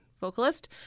vocalist